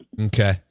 Okay